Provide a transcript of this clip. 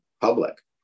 public